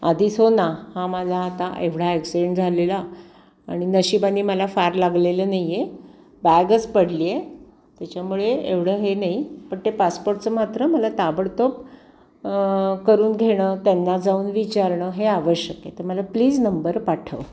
आधीच हो ना हा माझा आता एवढा ॲक्सिडेंट झालेला आणि नशीबाने मला फार लागलेलं नाही आहे बॅगच पडली आहे त्याच्यामुळे एवढं हे नाही पण ते पासपोर्टचं मात्र मला ताबडतोब करून घेणं त्यांना जाऊन विचारणं हे आवश्यक आहे तर मला प्लीज नंबर पाठव